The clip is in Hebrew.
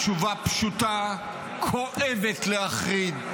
כואבת להחריד,